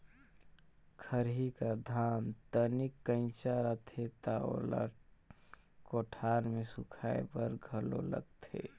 खरही कर धान तनिक कइंचा रथे त ओला कोठार मे सुखाए बर घलो लगथे